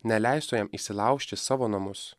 neleistų jam įsilaužt į savo namus